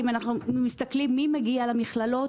אם אנחנו מסתכלים מי מגיע למכללות,